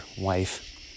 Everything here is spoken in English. wife